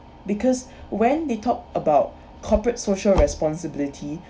because when they talk about corporate social responsibility